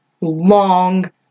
long